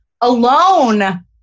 alone